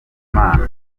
imana